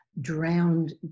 drowned